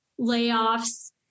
layoffs